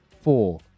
Four